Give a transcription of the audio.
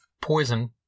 Poison